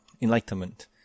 enlightenment